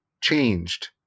changed